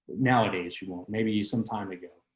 nowadays you won't. maybe you some time ago.